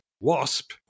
wasp